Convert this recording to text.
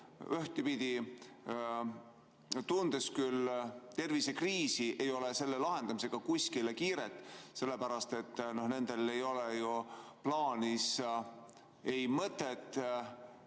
ühtpidi küll tundes tervisekriisi, ei ole selle lahendamisega kuskile kiiret, sellepärast et nendel ei ole ju plaanis ei mõtet ega